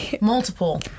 Multiple